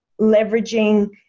leveraging